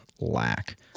lack